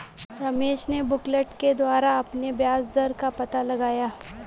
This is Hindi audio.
रमेश ने बुकलेट के द्वारा अपने ब्याज दर का पता लगाया